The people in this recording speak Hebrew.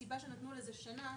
נתנו לזה שנה,